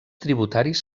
tributaris